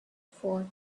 fort